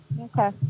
Okay